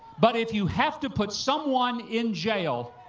but if you have to put someone in jail,